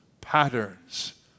patterns